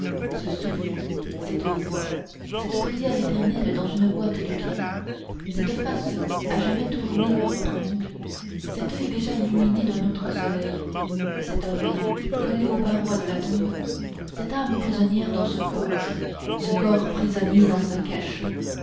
ce souffle cette voix cette prière éternelle dans une boîte de pierre cette face à jamais tournée vers l'autre monde cet oeil déjà illuminé d'un autre soleil cette oreille collée aux parois de la tombe cette âme prisonnière dans ce corps ce corps prisonnier dans ce cachot